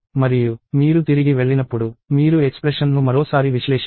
మరియు మీరు తిరిగి వెళ్ళినప్పుడు మీరు ఎక్స్ప్రెషన్ ను మరోసారి విశ్లేషించాలి